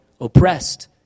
oppressed